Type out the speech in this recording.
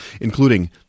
including